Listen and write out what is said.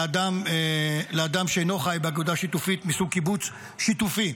לאדם שאינו חי באגודה שיתופית מסוג קיבוץ שיתופי.